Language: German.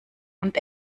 und